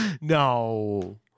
No